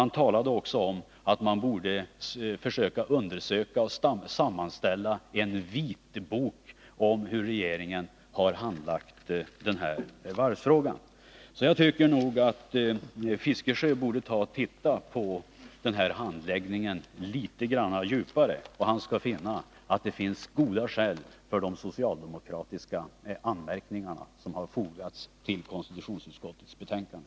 Han talar också om att man bör försöka sammanställa en vitbok om hur regeringen har handlagt den här varvsfrågan. Jag tycker nog att Bertil Fiskesjö bör studera handläggningen av Kalmar Varvs-frågan litet närmare. Han kommer då att inse att det finns goda skäl för de socialdemokratiska anmärkningar som har fogats till konstitutionsutskottets betänkande.